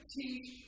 teach